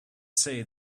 say